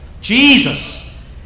Jesus